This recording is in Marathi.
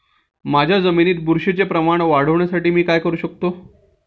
माझ्या जमिनीत बुरशीचे प्रमाण वाढवण्यासाठी मी काय करू शकतो?